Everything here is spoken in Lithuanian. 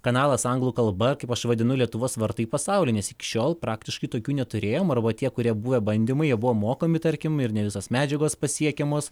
kanalas anglų kalba kaip aš vadinu lietuvos vartai į pasaulį iki šiol praktiškai tokių neturėjom arba tie kurie buvę bandymai buvo mokami tarkim ir ne visos medžiagos pasiekiamos